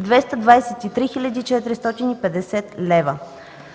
223 450 лв.